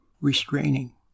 restraining